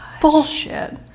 Bullshit